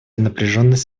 напряженность